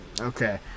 Okay